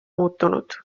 muutunud